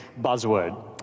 buzzword